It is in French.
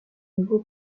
nouveaux